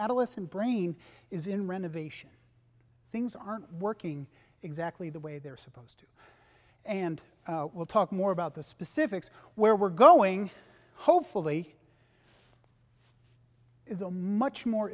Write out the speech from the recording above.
adolescent brain is in renovation things aren't working exactly the way they're supposed to and we'll talk more about the specifics where we're going home fully is a much more